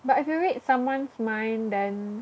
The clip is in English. but if you read someone's mind then